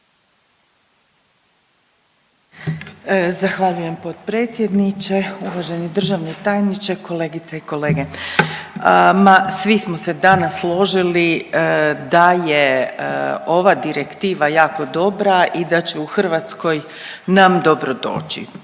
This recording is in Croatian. Zahvaljujem potpredsjedniče, uvaženi državni tajniče, kolegice i kolege. Ma svi smo se danas složili da je ova direktiva jako dobra i da će u Hrvatskoj nam dobro doći,